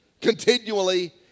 continually